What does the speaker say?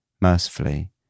Mercifully